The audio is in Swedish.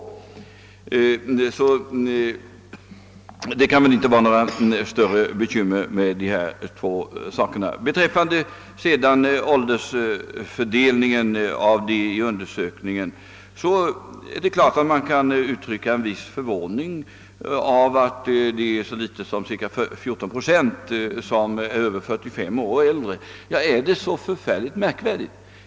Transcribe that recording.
Därför kan det väl inte råda några större bekymmer med dessa två saker. Beträffande åldersfördelningen i undersökningen är det givet att man kan uttrycka en viss förvåning över att det är så mycket som cirka 14 procent som är över 45 år. Men är det så förfärligt märkvärdigt?